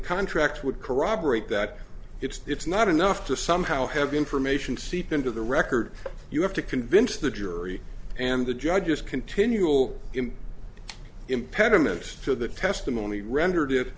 contract would corroborate that it's not enough to somehow have information seep into the record you have to convince the jury and the judge just continual impediments to the testimony render